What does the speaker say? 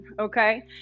Okay